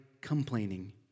complaining